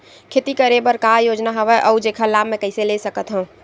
खेती करे बर का का योजना हवय अउ जेखर लाभ मैं कइसे ले सकत हव?